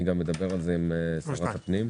אני גם אדבר על זה עם שרת הפנים.